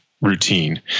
routine